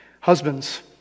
Husbands